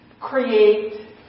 create